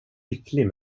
lycklig